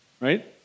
right